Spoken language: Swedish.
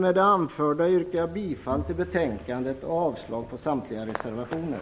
Med det anförda yrkar jag bifall till utskottets hemställan och avslag på samtliga reservationer.